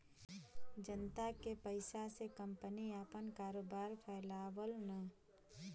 जनता के पइसा से कंपनी आपन कारोबार फैलावलन